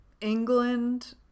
England